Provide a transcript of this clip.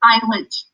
silent